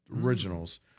originals